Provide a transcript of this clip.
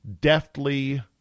deftly